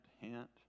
hint